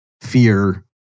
fear